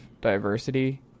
diversity